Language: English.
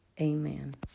amen